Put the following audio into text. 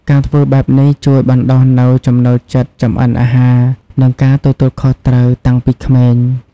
ការធ្វើបែបនេះជួយបណ្ដុះនូវ ចំណូលចិត្តចម្អិនអាហារ និង ការទទួលខុសត្រូវ តាំងពីក្មេង ។